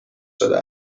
شده